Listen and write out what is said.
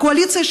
הקואליציה,